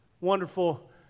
wonderful